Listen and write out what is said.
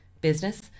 business